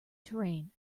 terrain